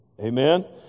amen